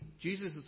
Jesus